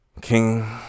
King